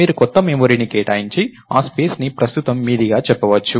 మీరు కొత్త మెమరీని కేటాయించి ఆ స్పేస్ ని ప్రస్తుతం మీదిగా చెప్పవచ్చు